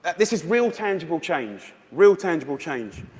this is real, tangible change, real, tangible change.